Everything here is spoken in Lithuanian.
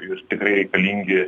ir tikrai reikalingi